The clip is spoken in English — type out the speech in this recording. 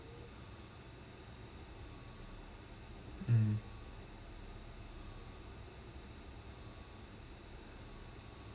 um